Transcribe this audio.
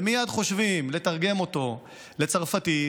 ומייד חושבים לתרגם אותו לצרפתית,